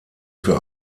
für